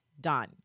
done